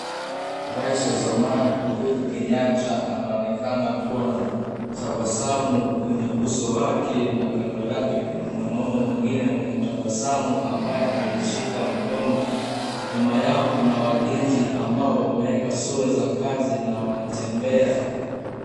Rais wa zamani Uhuru Kenyatta anaonekana kuwa na tabasamu kwenye uso yake na kando yake kuna mwanaume mwengine mwenye tabasamu ambaye amejishika mkono. Nyuma yao kuna walinzi ambao wameweka sura za kazi na wanatembea.